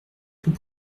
tout